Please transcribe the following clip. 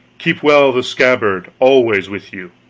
keep well the scabbard always with you.